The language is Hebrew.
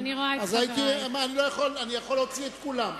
אז אני יכול להוציא את כולם.